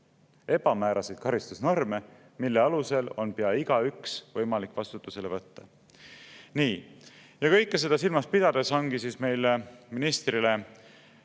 Ebamääraseid karistusnorme, mille alusel on pea igaüks võimalik vastutusele võtta! Ja kõike seda silmas pidades ongi meil ministrile